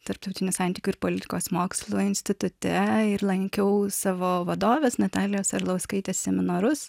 tarptautinių santykių ir politikos mokslų institute ir lankiau savo vadovės natalijos arlauskaitės seminarus